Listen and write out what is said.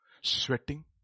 Sweating